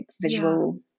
visual